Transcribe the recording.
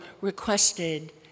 requested